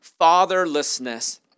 fatherlessness